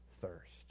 thirst